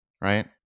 Right